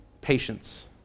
patience